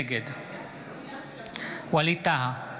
נגד ווליד טאהא,